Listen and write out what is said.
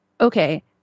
okay